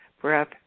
breath